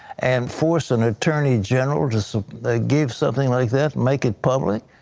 and force an attorney general to so ah give something like that, make it public.